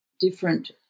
different